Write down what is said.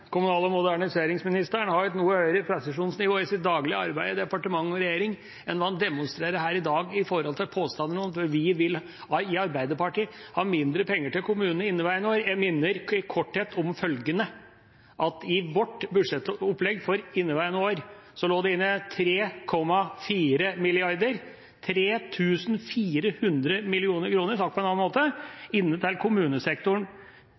kommunal- og moderniseringsministeren har et noe høyere presisjonsnivå i sitt daglige arbeid i departement og regjering enn det han demonstrerer her i dag når det gjelder påstanden om at vi i Arbeiderpartiet har mindre penger til kommunene i inneværende år. Jeg minner i korthet om følgende: I vårt budsjettopplegg for inneværende år lå det inne 3,4 mrd. kr – 3 400 000 000 kr, sagt på en annen måte – til kommunesektoren